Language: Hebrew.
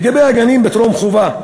לגבי הגנים טרום-חובה: